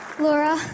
Laura